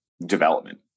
Development